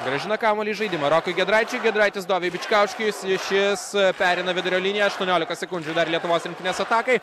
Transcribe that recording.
grąžina kamuolį į žaidimą rokui giedraičiui giedraitis doviui bičkauskiui jis šis pereina vidurio liniją aštuoniolika sekundžių dar lietuvos rinktinės atakai